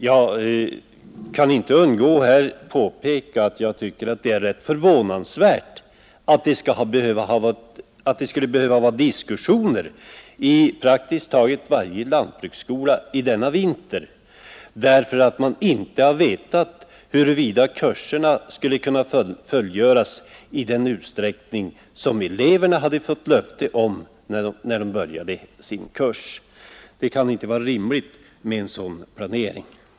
Jag kan inte underlåta att här påpeka att det är rätt förvånansvärt att det skulle behöva vara diskussioner i praktiskt taget varje lantbruksskola denna vinter, därför att man inte vetat huruvida kurserna skulle kunna fullföljas i den utsträckning som eleverna hade fått löfte om när de började sina kurser. Det kan inte vara rimligt med en sådan planering.